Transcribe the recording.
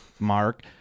Mark